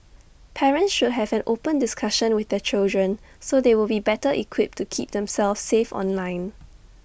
parents should have an open discussion with their children so they will be better equipped to keep themselves safe online